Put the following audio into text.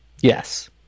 yes